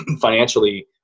financially